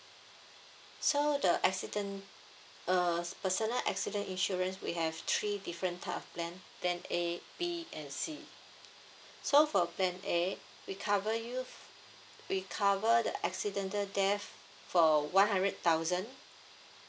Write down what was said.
so the accident err personal accident insurance we have three different type of plan plan A B and C so for plan A we cover you we cover the accidental death for one hundred thousand